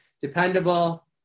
dependable